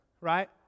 right